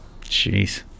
Jeez